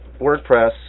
WordPress